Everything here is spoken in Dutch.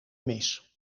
mis